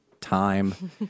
time